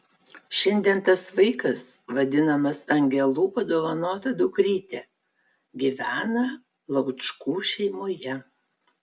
šiandien tas vaikas vadinamas angelų padovanota dukryte gyvena laučkų šeimoje